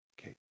okay